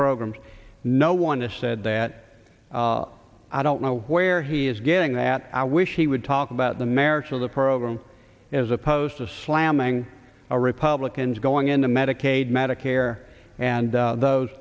programs no one has said that i don't know where he is getting that i wish he would talk about the merits of the program as opposed to slamming a republicans going into medicaid medicare and those